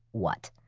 what?